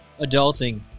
Adulting